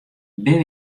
binne